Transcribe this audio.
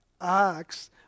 acts